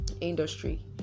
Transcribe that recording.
industry